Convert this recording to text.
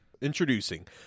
introducing